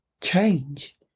change